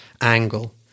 angle